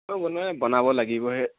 মই বনোৱা নাই বনাব লাগিবহে